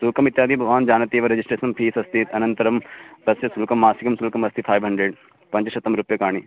शुल्कमित्यादि भवान् जानाति एव रिगिस्ट्रेशन् फ़ीस् अस्ति अनन्तरं तस्य शुल्कं मासिकं शुल्कम् अस्ति फ़ैव् हण्ड्रेड् पञ्चशतं रूप्यकाणि